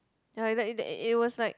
ya like it it was like